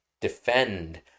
defend